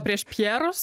prieš pjerus